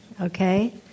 okay